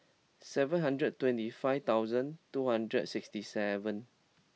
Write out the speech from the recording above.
seven hundred twenty five thousand two hundred sixty seven